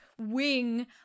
wing